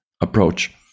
approach